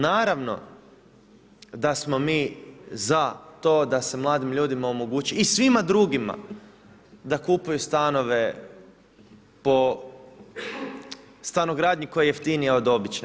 Naravno da smo mi za to da se mladim ljudima omogući, i svima drugima, da kupuju stanove po stanogradnji koja je jeftinija od obične.